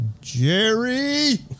Jerry